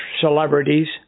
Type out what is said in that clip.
celebrities